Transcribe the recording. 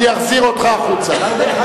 אני אחזיר אותך פנימה.